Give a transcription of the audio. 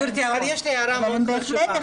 גברתי, יש לי הערה מאוד חשובה.